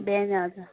बिहान हजुर